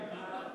בעד?